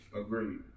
Agreed